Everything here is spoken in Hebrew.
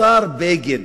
השר בגין,